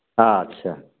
अच्छे